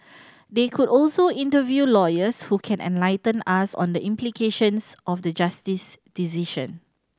they could also interview lawyers who can enlighten us on the implications of the Justice's decision